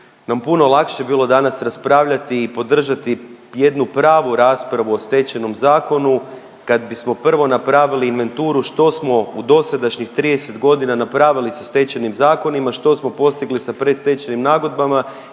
nam puno lakše bilo danas raspravljati i podržati jednu pravu raspravu o Stečajnom zakonu kad bismo prvo napravili inventuru što smo u dosadašnjih 30 godina napravili sa Stečajnim zakonima, što smo postigli sa predstečajnim nagodbama